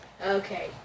Okay